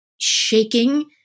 shaking